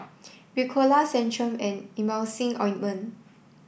Ricola Centrum and Emulsying Ointment